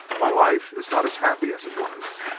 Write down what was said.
my life is not as happy as it was.